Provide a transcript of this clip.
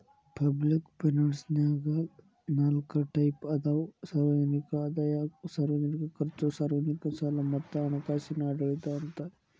public ಫೈನಾನ್ಸನ್ಯಾಗ ನಾಲ್ಕ್ type ಅದಾವ ಸಾರ್ವಜನಿಕ ಆದಾಯ ಸಾರ್ವಜನಿಕ ಖರ್ಚು ಸಾರ್ವಜನಿಕ ಸಾಲ ಮತ್ತ ಹಣಕಾಸಿನ ಆಡಳಿತ ಅಂತ